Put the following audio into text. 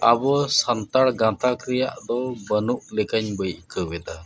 ᱟᱵᱚ ᱥᱟᱱᱛᱟᱲ ᱜᱟᱛᱟᱠ ᱨᱮᱭᱟᱜ ᱫᱚ ᱵᱟᱹᱱᱩᱜ ᱞᱮᱠᱟᱧ ᱟᱹᱭᱠᱟᱹᱣᱮᱫᱟ